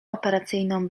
operacyjną